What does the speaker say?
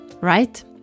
right